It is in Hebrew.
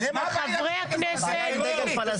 הבעיה בדגל פלסטין?